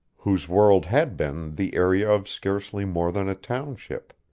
whose world had been the area of scarcely more than a township.